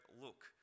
look